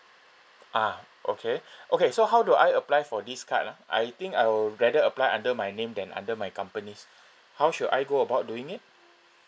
ah okay okay so how do I apply for this card ah I think I would rather apply under my name than under my company's how should I go about doing it